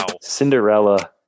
Cinderella